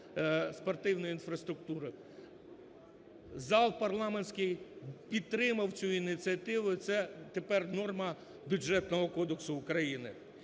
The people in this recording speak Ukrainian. спортивної інфраструктури. Зал парламентський підтримав цю ініціативу, це тепер норма Бюджетного кодексу України.